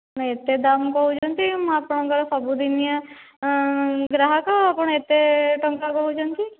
ନା ଏତେ ଦାମ୍ କହୁଛନ୍ତି ମୁଁ ଆପଣଙ୍କର ସବୁଦିନିଆ ଗ୍ରାହକ ଆପଣ ଏତେ ଟଙ୍କା କହୁଛନ୍ତି